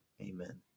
Amen